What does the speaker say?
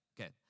Okay